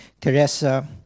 Teresa